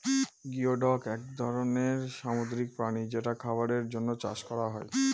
geoduck এক ধরনের সামুদ্রিক প্রাণী যেটা খাবারের জন্য চাষ করা হয়